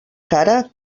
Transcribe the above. cara